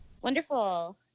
Wonderful